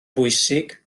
bwysig